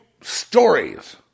stories